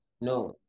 No